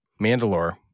Mandalore